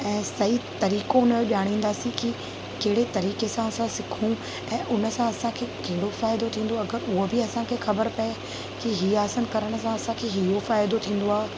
ऐं सही तरीक़ो उन जो ॼाणींदासीं की कहिड़े तरीक़े सां असां सिखूं ऐं उन सां असांखे कहिड़ो फ़ाइदो थींदो अगरि उहो बि असांखे ख़बर पए की हीउ आसन करण सां असांखे इहो फ़ाइदो थींदो आहे